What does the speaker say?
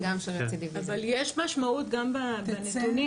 קיבל טיפול,